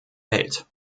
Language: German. welt